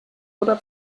oder